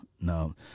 no